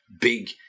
big